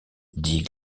dit